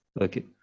okay